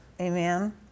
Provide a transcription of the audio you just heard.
Amen